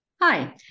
Hi